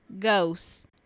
Ghosts